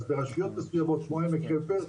אז ברשויות מסוימות כמו עמק חפר,